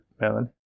Melon